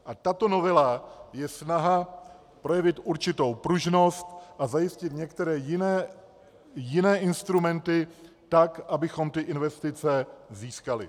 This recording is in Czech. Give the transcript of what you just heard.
A tato novela je snaha projevit určitou pružnost a zajistit některé jiné instrumenty tak, abychom ty investice získali.